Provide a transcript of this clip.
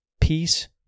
peace